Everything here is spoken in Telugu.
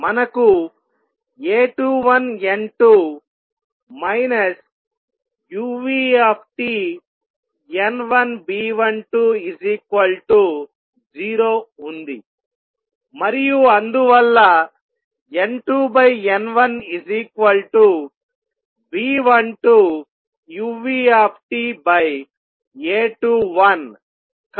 మనకు A21N2 uTN1B120 ఉంది మరియు అందువల్ల N2N1B12uTA21